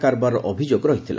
କାରବାରର ଅଭିଯୋଗ ରହିଥିଲା